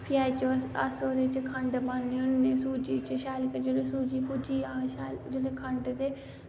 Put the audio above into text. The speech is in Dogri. फ्ही अस ओह्दे च खण्ड पान्ने होने सूजी च शैल करियै जिसलै सूजी भुज्जी जा शैल जिसलै खण्ड ते